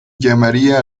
llamaría